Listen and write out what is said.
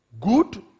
Good